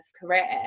career